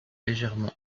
légèrement